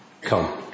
Come